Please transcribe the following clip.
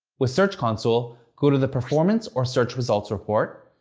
with search console, go to the performance or search results report,